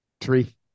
Three